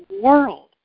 world